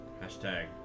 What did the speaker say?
Hashtag